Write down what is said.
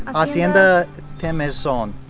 hacienda temozon.